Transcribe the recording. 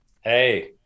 Hey